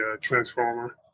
Transformer